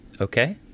Okay